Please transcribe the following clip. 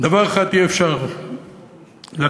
דבר אחד אי-אפשר להכחיש,